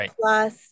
Plus